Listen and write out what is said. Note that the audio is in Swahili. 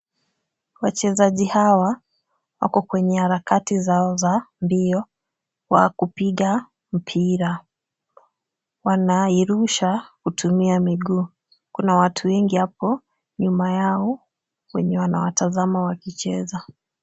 Wachezaji hawa wako kwenye harakati zao za mbio wa kupiga mpira. Wanairusha kutumia miguu. Kuna watu wengi hapo nyuma yao wenye wanawatazama wakicheza.